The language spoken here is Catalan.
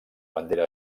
bandera